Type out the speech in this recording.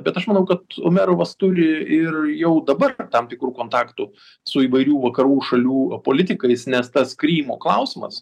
bet aš manau kad umerovas turi ir jau dabar tam tikrų kontaktų su įvairių vakarų šalių a politikais nes tas krymo klausimas